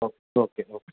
okay okay okay